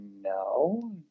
No